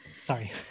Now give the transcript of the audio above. Sorry